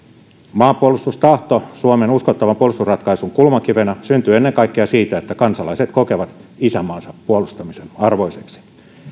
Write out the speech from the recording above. maanpuolustustahto suomen uskottavan puolustusratkaisun kulmakivenä syntyy ennen kaikkea siitä että kansalaiset kokevat isänmaansa puolustamisen arvoiseksi